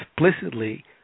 explicitly